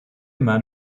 man